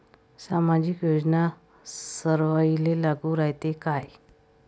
सामाजिक योजना सर्वाईले लागू रायते काय?